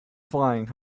flying